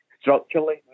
structurally